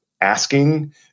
asking